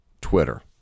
Twitter